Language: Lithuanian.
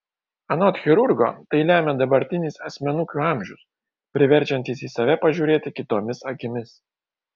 anot chirurgo tai lemia dabartinis asmenukių amžius priverčiantis į save pažiūrėti kitomis akimis